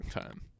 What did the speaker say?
time